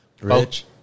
rich